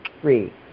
three